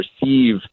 receive